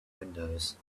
windows